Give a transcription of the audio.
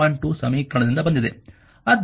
2 ಸಮೀಕರಣದಿಂದ ಬಂದಿದೆ